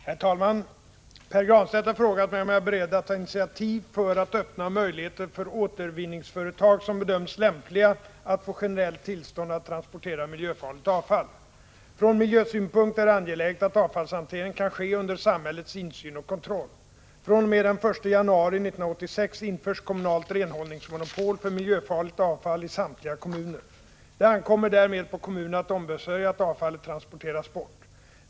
Herr talman! Pär Granstedt har frågat mig om jag är beredd att ta initiativ för att öppna möjligheter för återvinningsföretag som bedöms lämpliga att få generellt tillstånd att transportera miljöfarligt avfall. Från miljösynpunkt är det angeläget att avfallshanteringen kan ske under samhällets insyn och kontroll. fr.o.m. den 1 januari 1986 införs kommunalt renhållningsmonopol för miljöfarligt avfall i samtliga kommuner. Det ankommer därmed på kommunerna att ombesörja att avfallet transporteras bort.